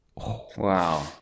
Wow